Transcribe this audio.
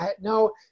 no